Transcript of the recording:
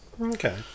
okay